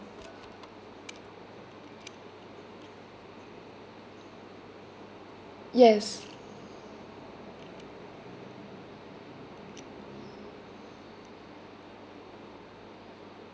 yes